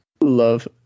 love